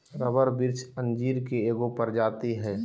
rubber वृक्ष अंजीर के एगो प्रजाति हइ